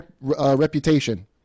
reputation